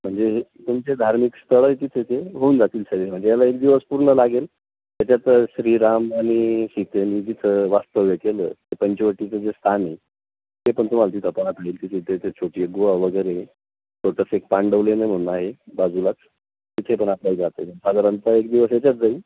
म्हणजे तुमचे धार्मिक स्थळं आहे तिथे ते होऊन जातील सगळे म्हणजे याला एक दिवस पूर्ण लागेल त्याच्यात श्रीराम आणि सीतेने जिथं वास्तव्य केलं ते पंचवटीचं जे स्थान आहे ते पण तुम्हाला तिथं तिथे ते छोटी एक गुहा वगैरे छोटंसं एक पांडव लेणे म्हणून आहे बाजूलाच तिथे पण आपल्याला जाते साधारणतः एक दिवस याच्यात जाईल